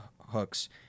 hooks